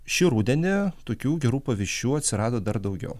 šį rudenį tokių gerų pavyzdžių atsirado dar daugiau